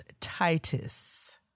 Titus